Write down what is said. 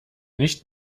nicht